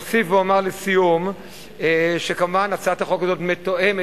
אוסיף ואומר לסיום שהצעת החוק כמובן מתואמת,